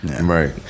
right